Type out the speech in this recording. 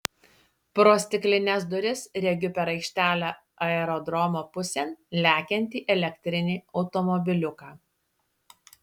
pro stiklines duris regiu per aikštelę aerodromo pusėn lekiantį elektrinį automobiliuką